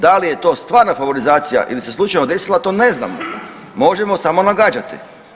Da li je to stvarna favorizacija ili se slučajno desila to ne znamo, možemo samo nagađati.